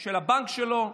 של הבנק שלו,